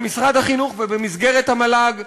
במשרד החינוך ובמסגרת המל"ג.